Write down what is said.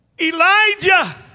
Elijah